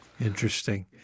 Interesting